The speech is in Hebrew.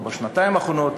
או בשנתיים האחרונות,